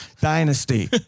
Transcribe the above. dynasty